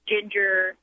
ginger